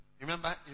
Remember